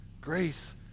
Grace